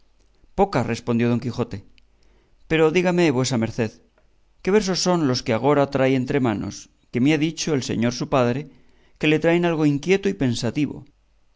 respondió don quijote pero dígame vuesa merced qué versos son los que agora trae entre manos que me ha dicho el señor su padre que le traen algo inquieto y pensativo